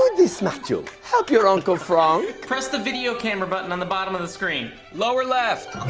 this, matthew? help your uncle franck. press the video camera button on the bottom of the screen. lower left!